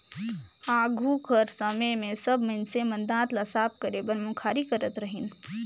आघु कर समे मे सब मइनसे मन दात ल साफ करे बर मुखारी करत रहिन